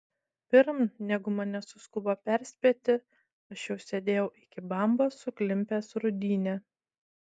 pirm negu mane suskubo perspėti aš jau sėdėjau iki bambos suklimpęs rūdyne